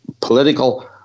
political